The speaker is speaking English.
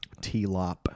T-Lop